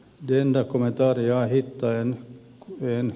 die dokumentaari ohittaen kokeen